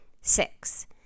Six